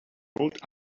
rolled